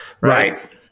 Right